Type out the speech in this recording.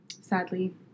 sadly